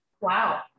Wow